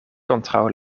kontraŭ